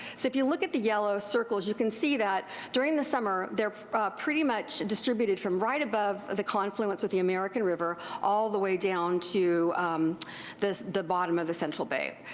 so if you look at the yellow circles you can see that during the summer theyire pretty much distributed from right above the confluence with the american river all the way down to the the bottom of the central bay.